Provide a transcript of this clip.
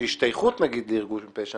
שהשתייכות לארגון פשע,